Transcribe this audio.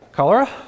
Cholera